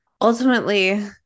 Ultimately